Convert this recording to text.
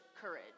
courage